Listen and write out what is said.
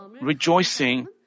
rejoicing